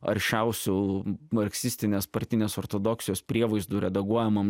aršiausių marksistinės partinės ortodoksijos prievaizdų redaguojamam